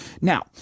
now